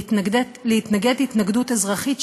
להתנגד התנגדות אזרחית,